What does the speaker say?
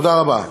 תודה רבה.